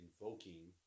invoking